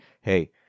hey